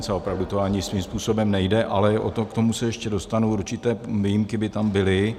A opravdu to ani svým způsobem nejde, ale k tomu se ještě dostanu, určité výjimky by tam byly.